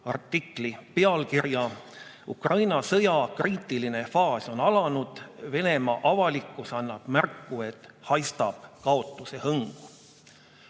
artikli pealkirja: "Ukraina sõja kriitiline faas on alanud. Venemaa avalikkus annab märku, et haistab kaotuse hõngu."